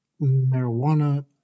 Marijuana